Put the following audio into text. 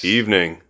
evening